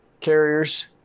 carriers